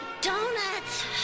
donuts